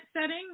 setting